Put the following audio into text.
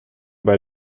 bei